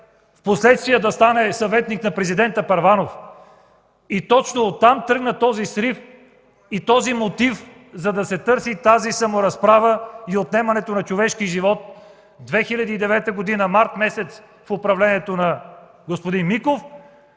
впоследствие да стане съветник на президента Първанов! И точно оттам тръгна този срив и този мотив, за да се търси саморазправа и отнемане на човешки живот – март месец 2009 г., по време на управлението на господин Миков;